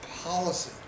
policy